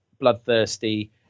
bloodthirsty